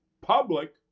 Public